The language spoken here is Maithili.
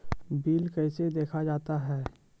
बिल कैसे देखा जाता हैं?